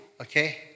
okay